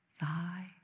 Thy